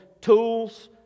tools